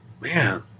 man